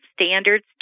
standards